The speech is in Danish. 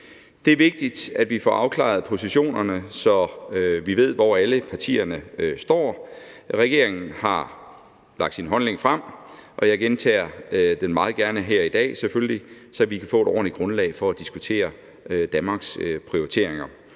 det er vigtigt, at vi får afklaret positionerne, så vi ved, hvor alle partierne står. Regeringen har lagt sin holdning frem, og jeg gentager den selvfølgelig meget gerne her i dag, så vi kan få et ordentligt grundlag for at diskutere Danmarks prioriteringer.